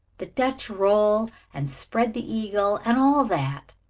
the dutch roll, and spread the eagle, and all that.